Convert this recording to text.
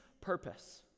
purpose